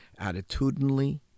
attitudinally